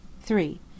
Three